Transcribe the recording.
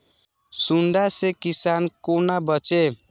सुंडा से किसान कोना बचे?